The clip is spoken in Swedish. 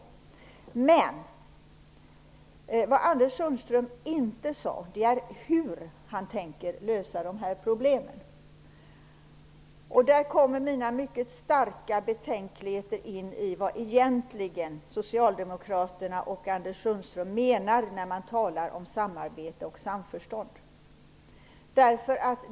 Men vad Anders Sundström inte sade är hur han tänker lösa de här problemen. Det är här som mina mycket starka betänkligheter kommer in om vad Socialdemokraterna och Anders Sundström egentligen menar när de talar om samarbete och samförstånd.